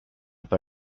pas